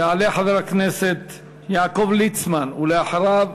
יעלה חבר הכנסת יעקב ליצמן, ואחריו,